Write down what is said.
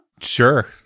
Sure